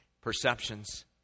perceptions